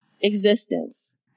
existence